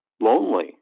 lonely